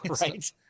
right